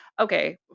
Okay